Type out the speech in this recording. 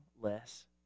less